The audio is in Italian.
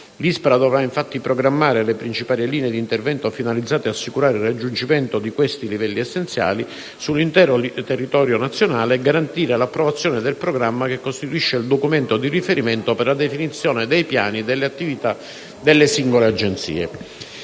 L'ISPRA dovrà infatti programmare le principali linee di intervento finalizzate ad assicurare il raggiungimento di questi livelli essenziali sull'intero territorio nazionale e garantire l'approvazione del programma che costituisce il documento di riferimento per la definizione dei piani e delle attività delle singole Agenzie.